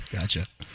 Gotcha